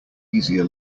easier